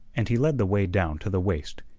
and he led the way down to the waist,